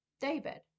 David